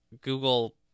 Google